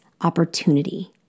opportunity